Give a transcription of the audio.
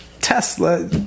Tesla